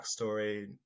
backstory